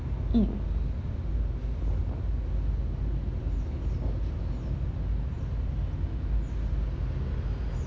mm